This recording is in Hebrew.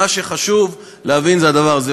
מה שחשוב להבין זה הדבר הזה.